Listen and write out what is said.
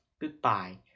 Goodbye